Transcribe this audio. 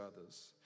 others